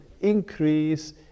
increase